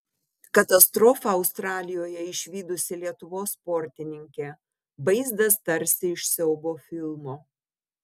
katastrofą australijoje išvydusi lietuvos sportininkė vaizdas tarsi iš siaubo filmo